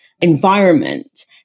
environment